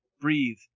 breathe